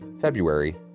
February